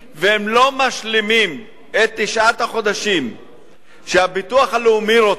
והם לא משלימים את תשעת החודשים שהביטוח הלאומי רוצה,